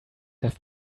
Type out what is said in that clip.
have